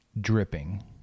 dripping